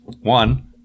One